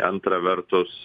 antra vertus